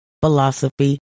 Philosophy